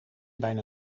bijna